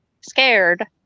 scared